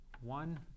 one